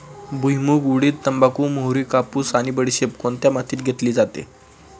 भुईमूग, उडीद, तंबाखू, मोहरी, कापूस आणि बडीशेप कोणत्या मातीत घेतली जाते?